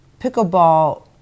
pickleball